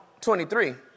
23